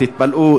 תתפלאו,